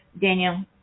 Daniel